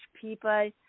people